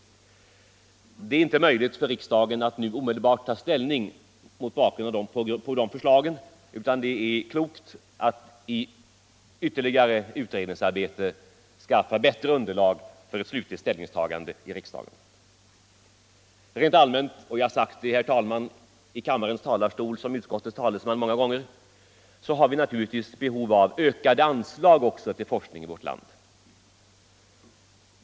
Det är inte möjligt för riksdagen att nu omedelbart ta ställning på grundval av de förslagen utan det är klokt att i ytterligare utred Nr 136 ningsarbete skaffa bättre underlag för ett slutligt ställningstagande i riks Torsdagen den dagen: 5 december 1974 Rent allmänt — det har jag, herr talman, sagt många gånger i kammarens I talarstol som talesman för utskottet — finns det naturligtvis också behov = Den statliga av ökade anslag till forskningen i vårt land.